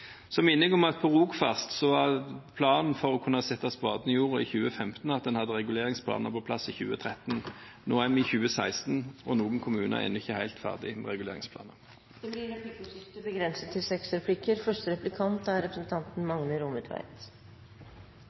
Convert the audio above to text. Så minner jeg om at når det gjelder Rogfast, var planen for å kunne sette spaden i jorden i 2015 at en hadde reguleringsplaner på plass i 2013. Nå er vi i 2016, og noen kommuner er ennå ikke helt ferdig med reguleringsplanene. Det blir replikkordskifte. Det framgår av statsråden sitt svar på spørsmål frå Arbeidarpartiet om rv. 23 Oslofjordforbindelsen at det er